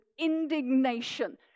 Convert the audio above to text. indignation